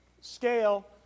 scale